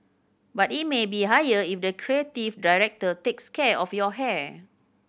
but it may be higher if the creative director takes care of your hair